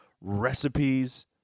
recipes